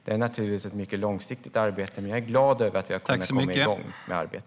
Det är naturligtvis ett långsiktigt arbete, men jag är glad över att vi har kommit igång med det.